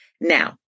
Now